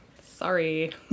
Sorry